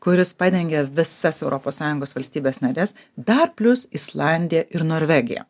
kuris padengia visas europos sąjungos valstybės nares dar plius islandija ir norvegija